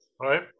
Right